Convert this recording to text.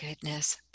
goodness